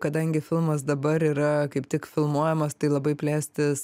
kadangi filmas dabar yra kaip tik filmuojamas tai labai plėstis